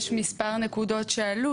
יש מספר נקודות שעלו